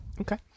Okay